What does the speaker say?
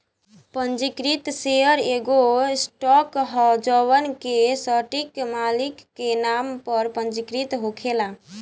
पंजीकृत शेयर एगो स्टॉक ह जवना के सटीक मालिक के नाम पर पंजीकृत होखेला